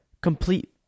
Complete